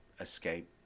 Escape